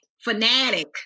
fanatic